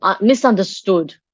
misunderstood